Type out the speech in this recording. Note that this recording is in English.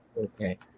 okay